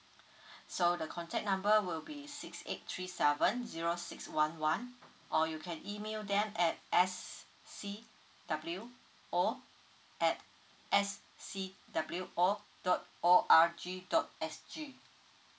so the contact number will be six eight three seven zero six one one or you can email them at S C W O at S C W O dot O R G dot S G